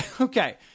Okay